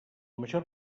major